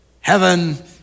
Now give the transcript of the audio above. heaven